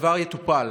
הדבר יטופל.